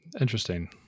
Interesting